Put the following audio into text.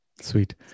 sweet